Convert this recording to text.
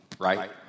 right